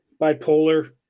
bipolar